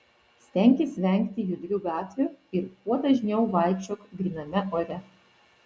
stenkis vengti judrių gatvių ir kuo dažniau vaikščiok gryname ore